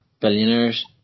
billionaires